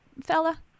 fella